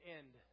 end